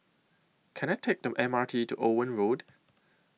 Can I Take The M R T to Owen Road